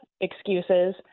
excuses—